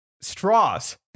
straws